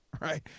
Right